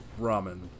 ramen